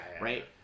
right